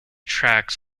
tracks